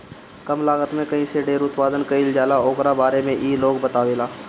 कम लागत में कईसे ढेर उत्पादन कईल जाला ओकरा बारे में इ लोग बतावेला